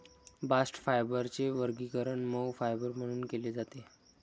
bast फायबरचे वर्गीकरण मऊ फायबर म्हणून केले जाते